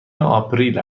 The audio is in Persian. آپریل